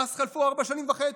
מאז חלפו ארבע שנים וחצי.